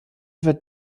wird